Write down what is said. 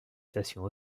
stations